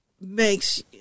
makes